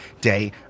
day